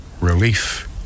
relief